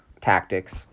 tactics